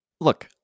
Look